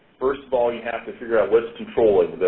first of all, you have to figure out what controlling?